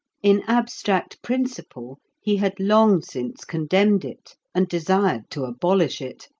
in abstract principle he had long since condemned it, and desired to abolish it.